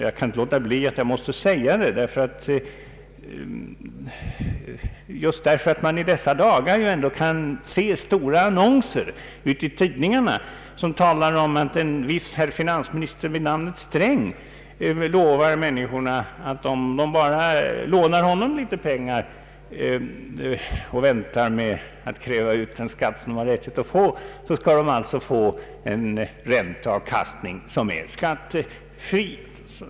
Jag kan inte låta bli att nämna detta, just därför att man i dessa dagar kan läsa stora annonser i tidningarna där det står att en viss finansminister vid namn Sträng lovar människorna att de, om de bara lånar honom litet pengar och väntar med att kräva ut den skatt de har rättighet att få återbetald, skall få en skattefri avkastning.